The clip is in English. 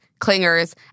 clingers